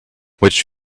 which